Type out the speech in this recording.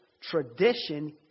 tradition